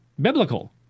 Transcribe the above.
biblical